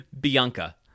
Bianca